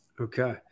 Okay